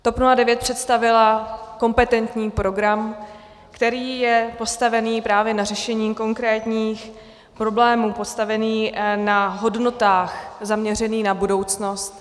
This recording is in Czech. TOP 09 představila kompetentní program, který je postavený právě na řešení konkrétních problémů, postavený na hodnotách, zaměřený na budoucnost.